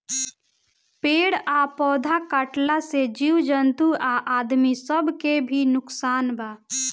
पेड़ आ पौधा कटला से जीव जंतु आ आदमी सब के भी नुकसान बा